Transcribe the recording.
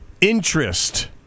interest